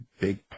big